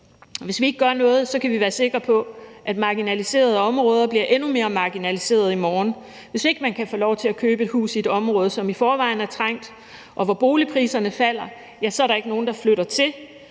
hvis vi ikke gør noget, kan vi være sikre på, at marginaliserede områder bliver endnu mere marginaliserede i morgen. Hvis ikke man kan få lov til at købe et hus i et område, som i forvejen er trængt, og hvor boligpriserne falder, så er der ikke nogen, der flytter dertil